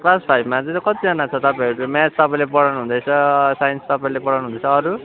class फाइभमा कतिजना छ तपाईँहरू म्याथ्स तपाईँले पढाउनु हुँदैछ साइन्स तपाईँले पढाउनु हुँदैछ अरू